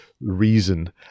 reason